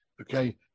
Okay